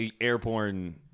airborne